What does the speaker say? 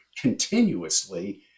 continuously